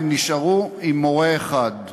והם נשארו עם מורה אחד.